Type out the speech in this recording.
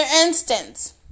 instance